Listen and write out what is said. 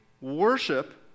worship